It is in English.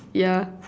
yeah